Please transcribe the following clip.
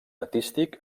artístic